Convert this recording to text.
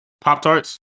Pop-Tarts